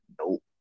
Nope